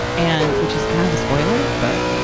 and, which is kind of a spoiler. but,